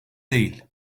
değil